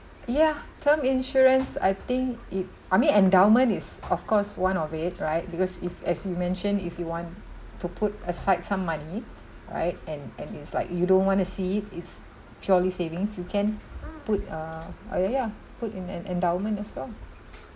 yeah term insurance I think it I mean endowment is of course one of it right because if as you mentioned if you want to put aside some money right and and it's like you don't want to see it it's purely savings you can put uh ya ya put in an endowment as well